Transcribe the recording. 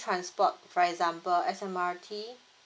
transport for example S_M_R_T